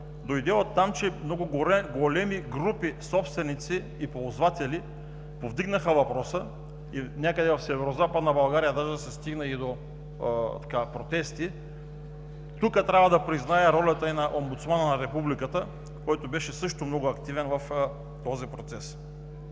дойде от там, че много големи групи собственици и ползватели повдигнаха въпроса и някъде в Северозападна България даже се стигна и до протести. Тук трябва да призная ролята и на омбудсмана на Републиката, който също беше много активен в този процес.